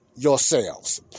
Yourselves